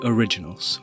Originals